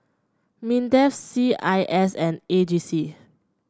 Mindef C I S and A G C